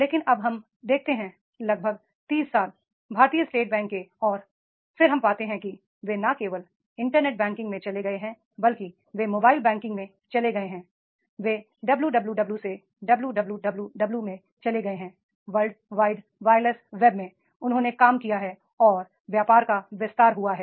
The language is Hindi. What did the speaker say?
लेकिन अब हम देखते हैं लगभग 30 साल भारतीय स्टेट बैंक के और फिर हम पाते हैं कि वे न केवल इंटरनेट बैं किंग में चले गए हैं बल्कि वे मोबाइल बैं किंग में चले गए हैं वे WWW से WWWW में चले गए हैं वर्ल्ड वाइड वायरलेस वेब में उन्होंने काम किया है और व्यापार का विस्तार हुआ है